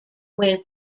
when